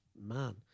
man